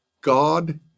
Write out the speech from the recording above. God